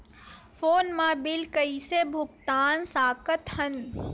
Phone मा bill कइसे भुक्तान साकत हन?